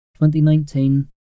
2019